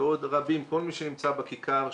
ועוד רבים כל מי שנמצא בכיכר,